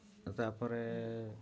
ତା'ପରେ